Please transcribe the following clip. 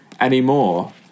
anymore